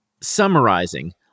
Summarizing